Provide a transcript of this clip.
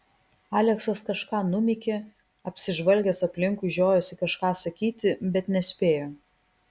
aleksas kažką numykė apsižvalgęs aplinkui žiojosi kažką sakyti bet nespėjo